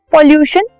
Pollution